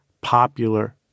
popular